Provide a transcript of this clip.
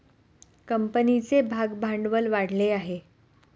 कंपनीचे भागभांडवल वाढले आहे